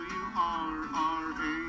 wrra